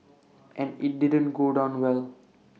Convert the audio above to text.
and IT didn't go down well